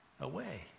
Away